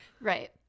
Right